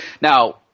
Now